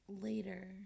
Later